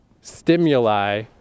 stimuli